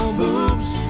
boobs